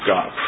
God